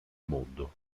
mondo